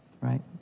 right